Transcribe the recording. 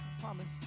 promise